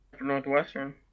Northwestern